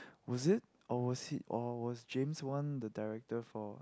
was it or was he or was James-Wan the director for